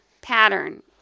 pattern